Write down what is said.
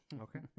Okay